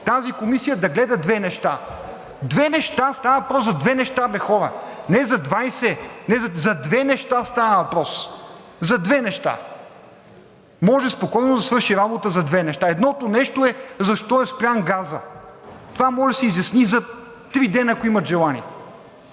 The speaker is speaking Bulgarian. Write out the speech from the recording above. тази комисия да гледа две неща. Става въпрос за две неща, абе хора, не за 20. За две неща става въпрос! За две неща! Може спокойно да свърши работа за две неща. Едното нещо е защо е спрян газът? Това може да се изясни за три дена, ако имат желание.